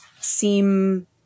seem